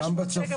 שש מאות שקל,